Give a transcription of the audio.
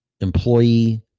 employee